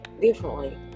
differently